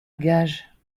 gages